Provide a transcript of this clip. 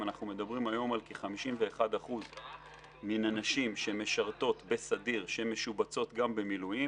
אנחנו מדברים היום על כ-51% מהנשים שמשרתות בסדיר שמשובצות גם במילואים.